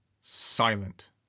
silent